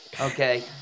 okay